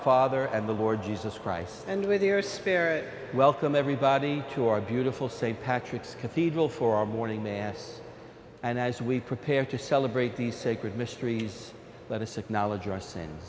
father and the lord jesus christ and with your spirit welcome everybody to our beautiful st patrick's cathedral for our morning mass and as we prepare to celebrate the sacred mysteries let us acknowledge